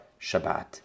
Shabbat